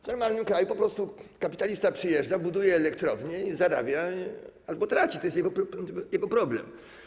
W normalnym kraju po prostu kapitalista przyjeżdża, buduje elektrownie i zarabia albo traci, to jest jego problem.